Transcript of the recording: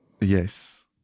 Yes